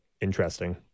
interesting